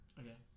Okay